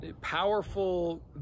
powerful